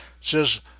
says